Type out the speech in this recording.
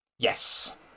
Yes